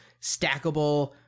stackable